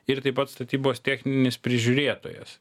ir taip pat statybos techninis prižiūrėtojas